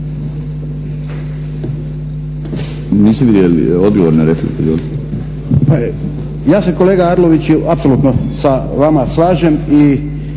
Ja se kolega Arloviću apsolutno sa vama slažem i